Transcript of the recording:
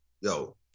yo